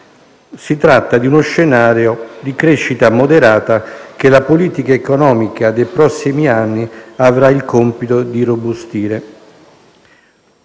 Si tratta di uno scenario di crescita moderata che la politica economica dei prossimi anni avrà il compito di irrobustire.